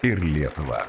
ir lietuvą